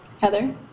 Heather